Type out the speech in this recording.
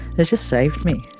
it just saved me.